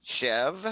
Chev